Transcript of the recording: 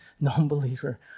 non-believer